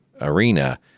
arena